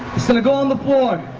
it's gonna go on the floor